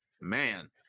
man